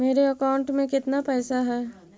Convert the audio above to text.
मेरे अकाउंट में केतना पैसा है?